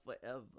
forever